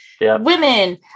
women